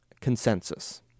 consensus